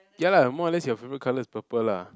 ya lah more or less your favorite colour is purple lah